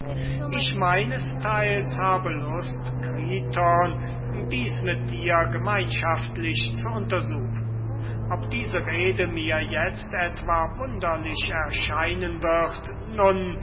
ich meinesteils habe lust kriton dies mit dir gemeinschaftlich zu untersuchen ob diese rede mir jetzt etwa wunderlicher erscheinen wird nun